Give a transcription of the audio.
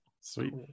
Sweet